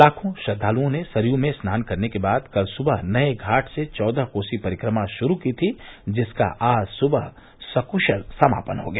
लाखों श्रद्वालुओं ने सरयू में स्नान करने के बाद कल सुबह नये घाट से चौदह कोसी परिक्रमा शुरू की थी जिसका आज सुबह सकुशल समापन हो गया